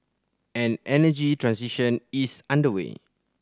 an energy transition is underway